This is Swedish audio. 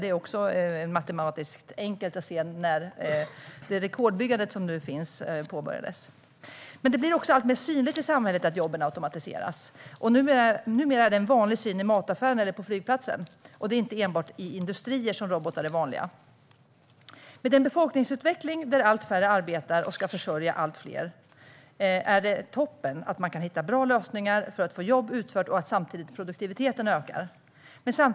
Det är alltså matematiskt enkelt att se när dagens rekordbyggande påbörjades. Att jobben automatiseras blir dock alltmer synligt i samhället. Numera är det en vanlig syn i mataffären eller på flygplatsen. Det är inte enbart i industrin som robotar är vanliga. Med en befolkningsutveckling där allt färre arbetar och ska försörja allt fler är det toppen om man kan hitta bra lösningar för att få jobb utfört och att produktiviteten samtidigt ökar.